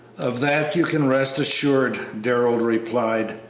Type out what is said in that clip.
of that you can rest assured, darrell replied.